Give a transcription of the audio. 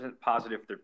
positive